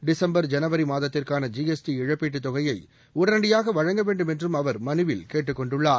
December ஜனவரி மாதத்திற்கான G S T இழப்பீட்டுத் தொகையை உடனடியாக வழங்க வேண்டும் என்றும் அவர் மனுவில் கேட்டுக் கொண்டுள்ளார்